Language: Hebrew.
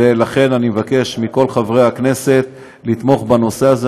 ולכן אני מבקש מכל חברי הכנסת לתמוך בנושא הזה.